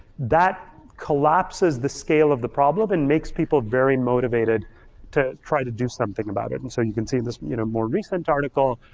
that collapses the scale of the problem and makes people very motivated to try to do something about it. and so you can see this you know more recent article,